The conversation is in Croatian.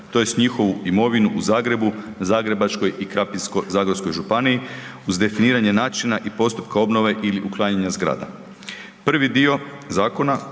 tj. njihovu imovinu u Zagrebu, Zagrebačkoj i Krapinsko-zagorskoj županiji uz definiranje načina i postupka obnove ili uklanjanja zgrada.